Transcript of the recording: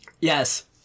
yes